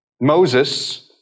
Moses